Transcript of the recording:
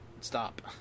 Stop